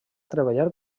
treballar